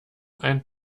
ein